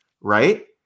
right